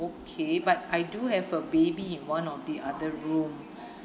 okay but I do have a baby in one of the other room